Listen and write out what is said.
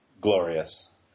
glorious